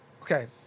okay